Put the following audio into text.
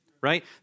Right